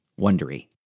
Wondery